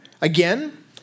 Again